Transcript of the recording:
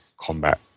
combat